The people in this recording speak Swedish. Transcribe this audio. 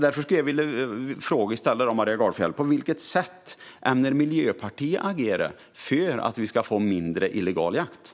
Därför skulle jag vilja ställa frågan till Maria Gardfjell: På vilket sätt ämnar Miljöpartiet agera för att vi ska få mindre illegal jakt?